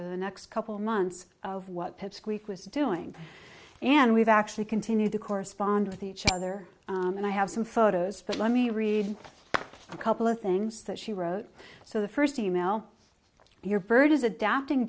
are the next couple months of what pipsqueak was doing and we've actually continued to correspond with each other and i have some photos but let me read a couple of things that she wrote so the first e mail your bird is adapting